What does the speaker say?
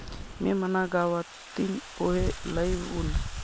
मी मना गावतीन पोहे लई वुनू